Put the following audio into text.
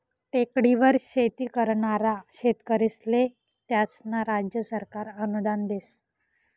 टेकडीवर शेती करनारा शेतकरीस्ले त्यास्नं राज्य सरकार अनुदान देस